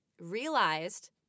realized